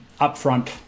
upfront